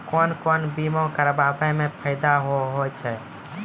कोन कोन बीमा कराबै मे फायदा होय होय छै?